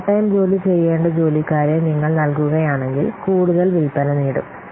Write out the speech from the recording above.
overtime ജോലി ചെയ്യേണ്ട ജോലിക്കാരെ നിങ്ങൾ നൽകുകയാണെങ്കിൽ കൂടുതൽ വിൽപന നേടും